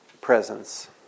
presence